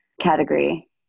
category